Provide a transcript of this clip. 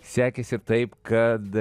sekėsi taip kad